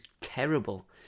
terrible